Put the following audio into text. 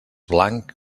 blanc